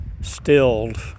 stilled